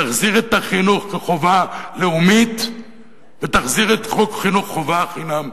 תחזיר את החינוך כחובה לאומית ותחזיר את חוק חינוך חובה חינם,